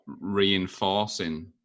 reinforcing